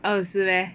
oh 是 meh